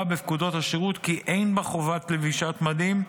בפקודות השירות כי אין בה חובת לבישת מדים,